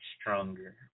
stronger